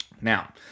Now